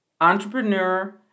entrepreneur